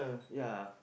ya